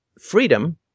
freedom